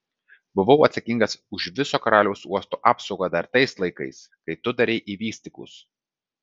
buvau atsakingas už viso karaliaus uosto apsaugą dar tais laikais kai tu darei į vystyklus